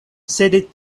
sed